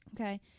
Okay